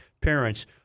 parents